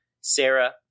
Sarah